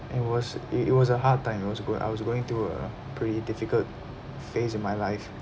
it was i~ it was a hard time it was goi~ I was going through a pretty difficult phase in my life